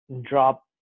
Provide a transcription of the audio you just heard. drop